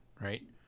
right